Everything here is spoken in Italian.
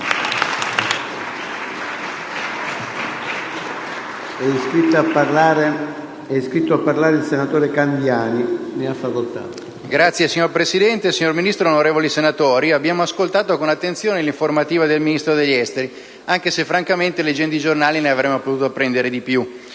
Signor Presidente, signora Ministro, onorevoli senatori, abbiamo ascoltato con attenzione l'informativa del Ministro degli affari esteri, anche se francamente, leggendo i giornali, ne avremmo potuto apprendere di più.